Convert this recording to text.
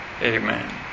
Amen